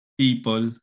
people